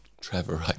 Trevor